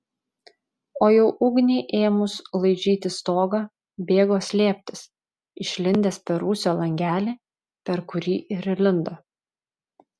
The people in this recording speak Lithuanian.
o jau ugniai ėmus laižyti stogą bėgo slėptis išlindęs per rūsio langelį per kurį ir įlindo